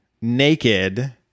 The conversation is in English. naked